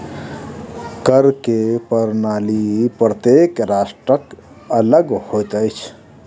कर के प्रणाली प्रत्येक राष्ट्रक अलग होइत अछि